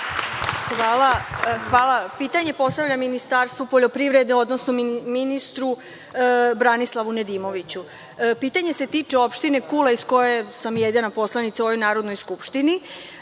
Hvala. Pitanje postavljam Ministarstvu poljoprivrede, odnosno ministru Branislavu Nedimoviću. Pitanje se tiče Opštine Kule iz koje sam jedina poslanica u ovoj Narodnoj skupštini. Pitam